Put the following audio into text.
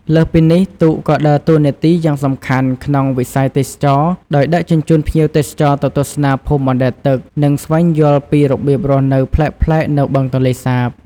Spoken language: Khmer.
លើសពីនេះ ទូកក៏ដើរតួនាទីយ៉ាងសំខាន់ក្នុងវិស័យទេសចរណ៍ ដោយដឹកជញ្ជូនភ្ញៀវទេសចរទៅទស្សនាភូមិបណ្ដែតទឹក និងស្វែងយល់ពីរបៀបរស់នៅប្លែកៗនៅបឹងទន្លេសាប។